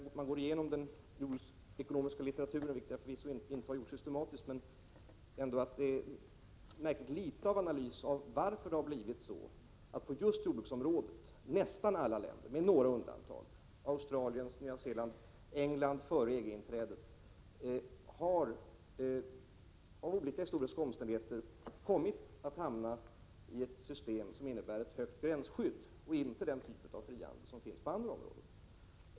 Om man går igenom den jordbruksekonomiska litteraturen, vilket jag förvisso inte har gjort systematiskt, finner man att den innehåller anmärkningsvärt litet av analys av varför nästan alla länder — det finns några undantag: Australien, Nya Zeeland, England före EG-inträdet — av olika historiska omständigheter har kommit att hamna i ett system som innebär ett högt gränsskydd när det gäller just jordbruksområdet och inte tillämpar den typ av frihandel som finns på andra områden.